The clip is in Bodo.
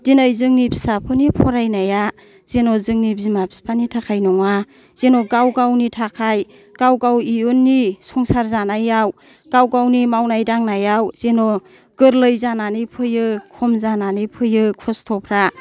दिनै जोंनि फिसाफोरनि फरायनाया जेन' जोंनि बिमा बिफानि थाखाय नङा जेन' गाव गावनि थाखाय गाव गाव इयुननि संसार जानायाव गावनि मावनाय दांनायाव जेन' गोरलै जानानै फैयो खम जानानै फैयो खस्थ'फ्रा